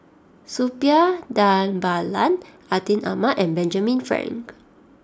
Suppiah Dhanabalan Atin Amat and Benjamin Frank